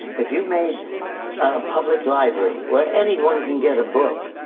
if you made a public library, where anyone can get a book.